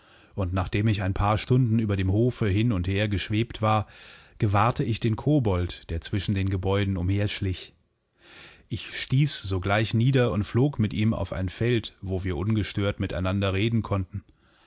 und nachdem ich ein paar stunden über dem hofe hin und her geschwebt war gewahrte ich den kobold der zwischen den gebäuden umherschlich ichstießsogleichniederundflogmitihmaufeinfeld wowir ungestört miteinander reden konnten